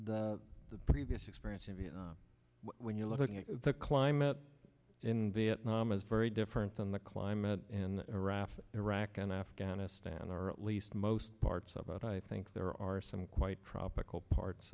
from the previous experience of you know when you look at the climate in vietnam is very different than the climate in iraq iraq and afghanistan or at least most parts of it i think there are some quite tropical parts